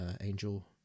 angel